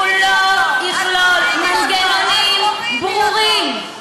אם הוא לא יכלול מנגנונים ברורים,